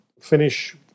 finish